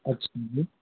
अच्छा जी